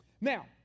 Now